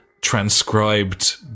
transcribed